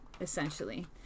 essentially